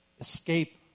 escape